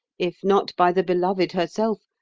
if not by the beloved herself,